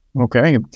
Okay